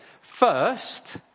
First